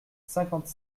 cinquante